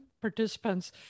participants